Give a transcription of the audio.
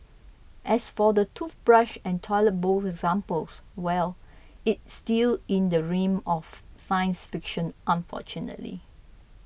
as for the toothbrush and toilet bowl examples well it's still in the realm of science fiction unfortunately